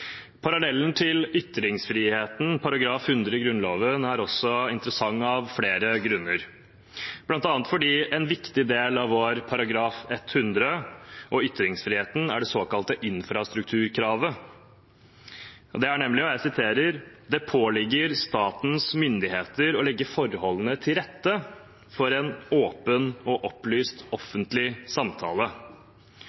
Parallellen til ytringsfriheten, § 100 i Grunnloven, er interessant av flere grunner, bl.a. fordi en viktig del av vår § 100 og ytringsfriheten er det såkalte infrastrukturkravet: «Det påligger statens myndigheter å legge forholdene til rette for en åpen og opplyst